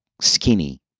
skinny